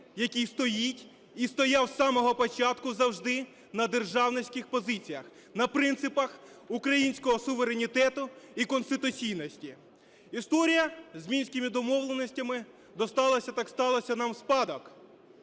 який стоїть і стояв з самого початку завжди на державницьких позиціях, на принципах українського суверенітету і конституційності. Історія з Мінськими домовленостями досталася, так сталося, нам в спадок.